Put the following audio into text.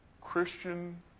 Christian